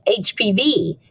HPV